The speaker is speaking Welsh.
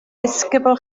ddisgybl